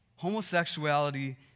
Homosexuality